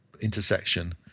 intersection